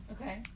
Okay